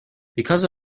because